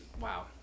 wow